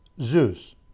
Zeus